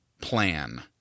plan